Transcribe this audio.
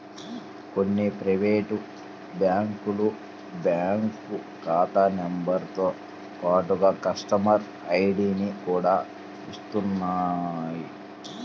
కొన్ని ప్రైవేటు బ్యాంకులు బ్యాంకు ఖాతా నెంబరుతో పాటుగా కస్టమర్ ఐడిని కూడా ఇస్తున్నాయి